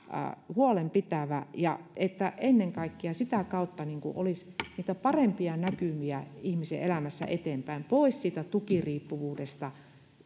huolen pitävä ja jotta ennen kaikkea sitä kautta olisi niitä parempia näkymiä ihmisen elämässä eteenpäin pois tukiriippuvuudesta